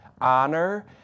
honor